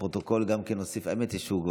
לפרוטוקול נוסיף גם את,